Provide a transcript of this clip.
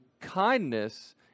kindness